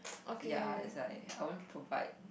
ya that's why I won't provide